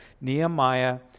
Nehemiah